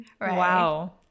Wow